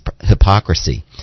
hypocrisy